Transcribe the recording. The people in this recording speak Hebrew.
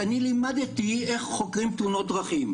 כשאני לימדתי איך חוקרים תאונות דרכים.